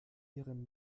ihren